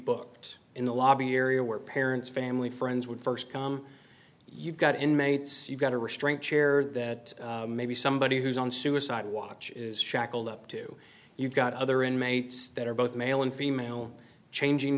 booked in the lobby area where parents family friends would st come you've got inmates you've got a restraint chair that maybe somebody who's on suicide watch is shackled up too you've got other inmates that are both male and female changing